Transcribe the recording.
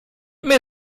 mir